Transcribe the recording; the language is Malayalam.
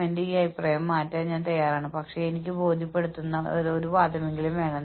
നിങ്ങൾ ഇത് നടത്തുന്നു ഞങ്ങൾ മുൻ പ്രഭാഷണത്തിൽ ഇക്വിറ്റിയെക്കുറിച്ച് സംസാരിച്ചു എന്നാൽ ഈ ഇക്വിറ്റി എങ്ങനെ നേടാം